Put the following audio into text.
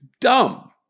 dumb